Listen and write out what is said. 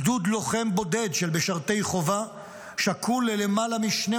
גדוד לוחם בודד של משרתי חובה שקול ללמעלה מ-12